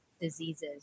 diseases